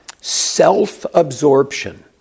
self-absorption